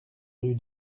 rue